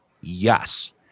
yes